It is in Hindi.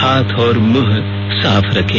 हाथ और मुंह साफ रखें